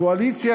קואליציה